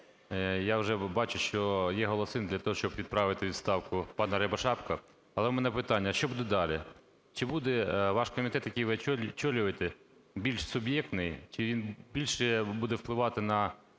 я вже бачу, що є голоси для того, щоб відправити у відставку пана Рябошапку. Але в мене питання: що буде далі? Чи буде ваш комітет, який ви очолюєте, більш суб'єктний, чи він більше буде впливати на